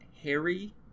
Harry